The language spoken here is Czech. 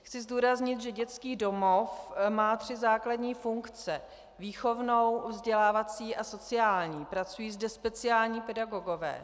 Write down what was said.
Chci zdůraznit, že dětský domov má tři základní funkce: výchovnou, vzdělávací a sociální, pracují zde speciální pedagogové.